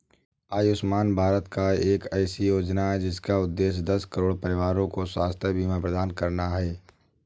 आयुष्मान भारत एक ऐसी योजना है जिसका उद्देश्य दस करोड़ परिवारों को स्वास्थ्य बीमा प्रदान करना है